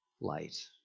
light